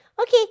Okay